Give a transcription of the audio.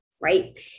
right